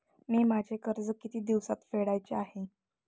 मी माझे कर्ज किती दिवसांत फेडायचे आहे?